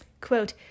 quote